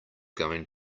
going